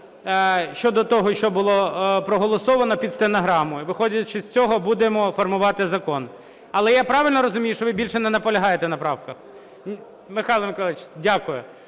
щодо того, що було проголосовано під стенограму, і, виходячи з цього, будемо формувати закон. Але я правильно розумію, що ви більше не наполягаєте на правках? Михайле Миколайовичу, дякую.